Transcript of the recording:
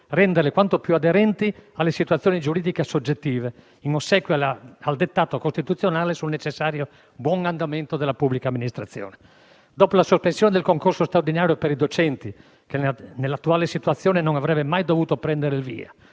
renderle quanto più aderenti alle situazioni giuridiche soggettive, in ossequio al dettato costituzionale sul necessario buon andamento della pubblica amministrazione. Dopo la sospensione del concorso straordinario per i docenti, che nell'attuale situazione non avrebbe mai dovuto prendere il via,